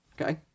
Okay